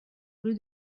rue